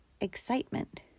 excitement